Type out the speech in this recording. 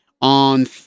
on